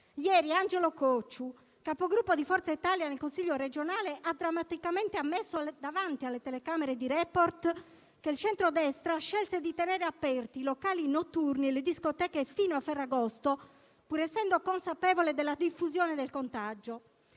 Ieri Angelo Cocciu, Capogruppo di Forza Italia nel Consiglio regionale, ha drammaticamente ammesso davanti alle telecamere di «Report» che il centrodestra scelse di tenere aperti i locali notturni e le discoteche fino a Ferragosto, pur essendo consapevole della diffusione del contagio,